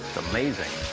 amazing.